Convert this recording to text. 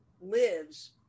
lives